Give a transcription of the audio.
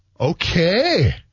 Okay